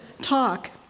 talk